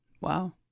Wow